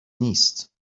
نیست